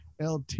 LT